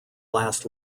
last